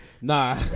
nah